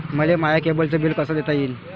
मले माया केबलचं बिल कस देता येईन?